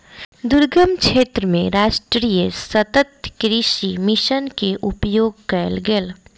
दुर्गम क्षेत्र मे राष्ट्रीय सतत कृषि मिशन के उपयोग कयल गेल